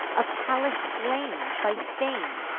of pallas slain by fame,